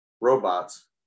robots